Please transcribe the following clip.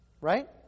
right